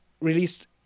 released